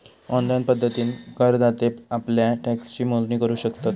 online पद्धतीन करदाते आप्ल्या टॅक्सची मोजणी करू शकतत